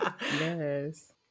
Yes